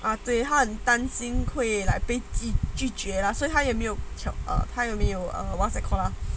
ah 对他很担心就会被拒绝 lah 所以他也没有 err 他有没有 one sided lah